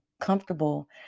comfortable